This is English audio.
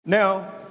Now